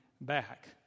back